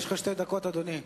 יש לך שתי דקות, אדוני.